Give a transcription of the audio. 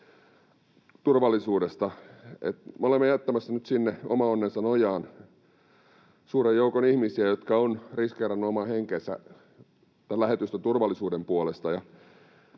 turvallisuudesta. Me olemme jättämässä nyt sinne oman onnensa nojaan suuren joukon ihmisiä, jotka ovat riskeeranneet oman henkensä lähetystön turvallisuuden puolesta,